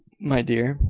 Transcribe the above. my dear.